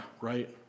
right